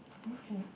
okay